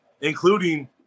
including